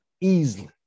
Easily